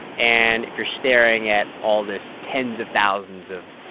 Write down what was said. and if you're staring at all this tens of thousands of,